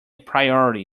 priori